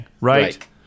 Right